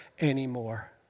anymore